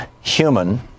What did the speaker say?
Human